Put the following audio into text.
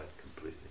completely